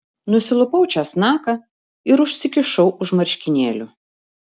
nusilupau česnaką ir užsikišau už marškinėlių